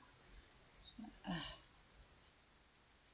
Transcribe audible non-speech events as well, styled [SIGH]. [NOISE]